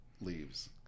Leaves